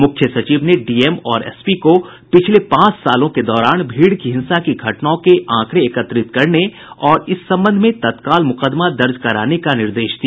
मुख्य सचिव ने डीएम और एसपी को पिछले पांच सालों के दौरान भीड़ की हिंसा की घटनाओं के आंकड़े एकत्रित करने और इस संबंध में तत्काल मुकदमा दर्ज कराने का निर्देश दिया